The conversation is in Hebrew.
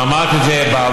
כבר אמרתי את זה בעבר,